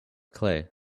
clay